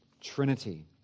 Trinity